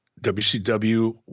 WCW